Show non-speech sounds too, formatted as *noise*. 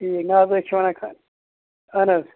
ٹھیٖک نہٕ حظ أسۍ چھِ وَنان *unintelligible* اہَن حظ